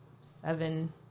seven